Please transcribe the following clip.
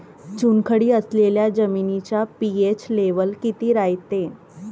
चुनखडी असलेल्या जमिनीचा पी.एच लेव्हल किती रायते?